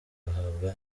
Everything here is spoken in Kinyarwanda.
bagahabwa